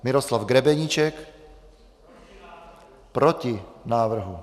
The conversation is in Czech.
Miroslav Grebeníček: Proti návrhu.